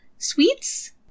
sweets